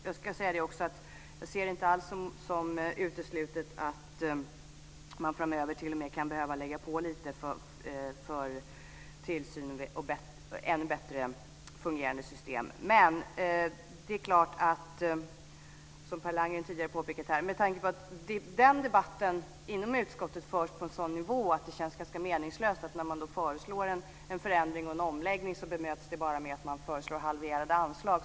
Jag ser det inte alls som uteslutet att man framöver t.o.m. kan behöva lägga på lite ytterligare medel för att få ett ännu bättre fungerande system. Som Per Landgren tidigare har påpekat har debatten i utskottet dock förts på en sådan nivå att det känns ganska meningslöst att föreslå en förändring eller omläggning. Sådana propåer bemöts bara med förslag om en halvering av anslagen.